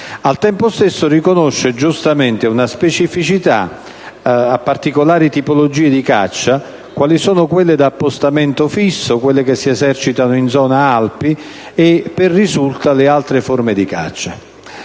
Al tempo stesso riconosce giustamente una specificità a particolari tipologie di caccia quali sono quelle da appostamento fisso, quelle che si esercitano in zona Alpi e per risulta le altre forme di caccia.